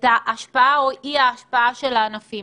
את ההשפעה או את אי ההשפעה של פתיחת הענפים